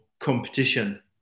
competition